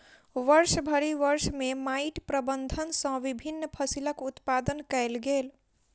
वर्षभरि वर्ष में माइट प्रबंधन सॅ विभिन्न फसिलक उत्पादन कयल गेल